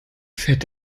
fährt